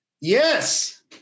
Yes